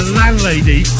landlady